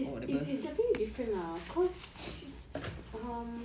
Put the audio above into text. its its definitely different lah cause um